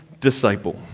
disciple